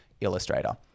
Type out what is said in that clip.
illustrator